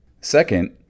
Second